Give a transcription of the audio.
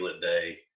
day